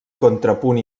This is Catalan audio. contrapunt